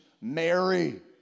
mary